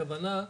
הכוונה,